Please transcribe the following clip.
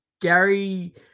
Gary